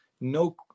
no